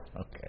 Okay